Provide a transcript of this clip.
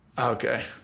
Okay